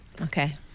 Okay